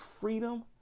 freedom